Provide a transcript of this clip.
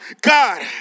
God